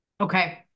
Okay